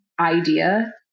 idea